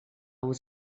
was